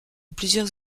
plusieurs